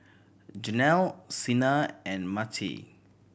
Janel Cena and Mattye